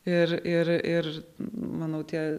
ir ir ir manau tie